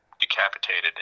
decapitated